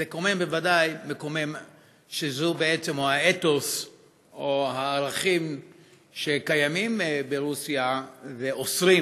זה ודאי מקומם שהאתוס או הערכים שקיימים ברוסיה אוסרים,